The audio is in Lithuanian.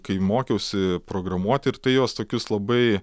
kai mokiausi programuoti ir tai juos tokius labai